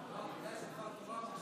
דבר תורה.